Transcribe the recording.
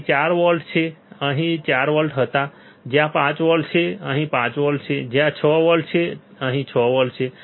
તેથી 4 વોલ્ટછે અહીં 4 વોલ્ટ હતા જ્યાં 5 વોલ્ટ છે અહીં 5 વોલ્ટ છે જ્યાં 6 વોલ્ટ છે અહીં 6 વોલ્ટ છે